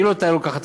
ואילו הייתה לוקחת,